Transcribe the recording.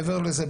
מעבר לזה,